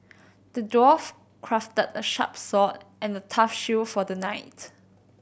the dwarf crafted a sharp sword and a tough shield for the knight